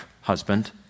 husband